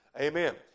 Amen